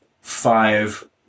five